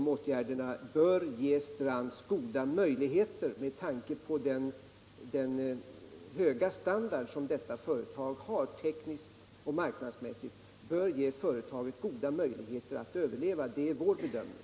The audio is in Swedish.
De åtgärderna bör, med tanke på den höga standard, tekniskt och marknads mässigt, som detta företag har, ge Strands goda möjligheter att överleva. Det är vår bedömning.